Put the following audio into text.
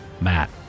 Matt